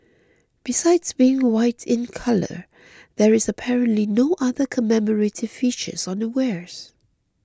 besides being white in colour there is apparently no other commemorative features on the wares